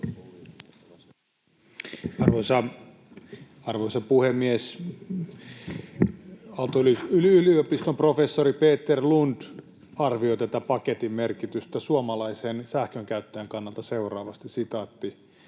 Arvoisa puhemies! Aalto-yliopiston professori Peter Lund arvioi paketin merkitystä suomalaisen sähkönkäyttäjän kannalta seuraavasti: ”Tässähän